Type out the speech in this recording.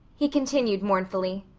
he continued mournfully,